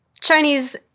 Chinese –